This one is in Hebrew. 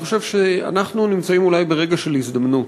אני חושב שאנחנו נמצאים אולי ברגע של הזדמנות.